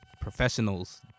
professionals